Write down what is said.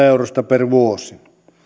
eurosta per vuosi